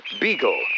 Beagle